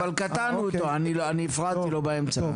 אבל קטענו אותו, אני הפרעתי לו באמצע.